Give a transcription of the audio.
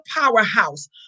powerhouse